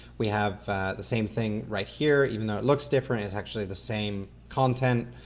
we have the same thing right here, even though it looks different. it's actually the same content.